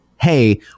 Hey